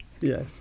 Yes